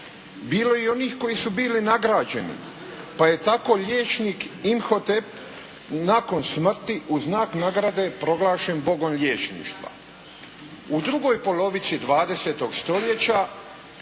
bilo je i onih koji su bili nagrađeni. Pa je tako liječnik Inhotep nakon smrti uz znak nagrade proglašen Bogom liječništva. U drugoj polovici 20. stoljeća